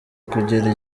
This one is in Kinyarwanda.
kugera